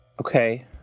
Okay